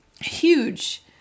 huge